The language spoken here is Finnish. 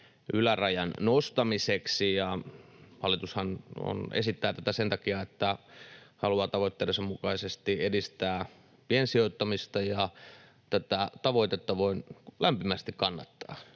ylärajan nostamiseksi. Hallitushan esittää tätä sen takia, että haluaa tavoitteidensa mukaisesti edistää piensijoittamista, ja tätä tavoitetta voin lämpimästi kannattaa.